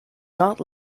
not